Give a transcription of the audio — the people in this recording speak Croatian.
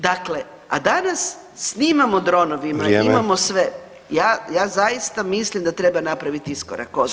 Dakle, a danas snimamo dronovima, imamo sve [[Upadica: Vrijeme]] ja, ja zaista mislim da treba napravit iskorak